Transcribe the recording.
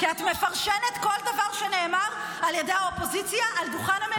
כי את מפרשנת כל דבר שנאמר על ידי האופוזיציה על דוכן המליאה.